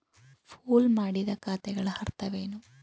Pool ಮಾಡಿದ ಖಾತೆಗಳ ಅರ್ಥವೇನು?